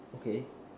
okay